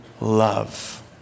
love